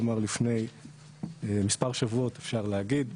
כלומר לפני מספר שבועות אפשר להגיד.